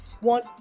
one